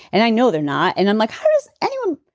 and i know they're not. and i'm like, how does anyone.